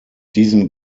diesem